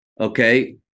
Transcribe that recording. okay